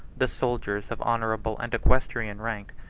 the soldiers of honorable and equestrian rank,